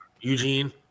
Eugene